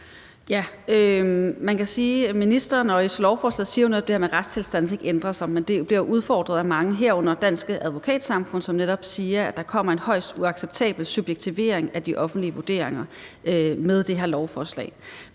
Man kan sige, at ministeren og lovforslaget siger noget om, at retstilstanden ikke ændrer sig, men det bliver udfordret af mange, herunder Advokatsamfundet, som netop siger, at der kommer en højst uacceptabel subjektivering af de offentlige vurderinger med det her lovforslag.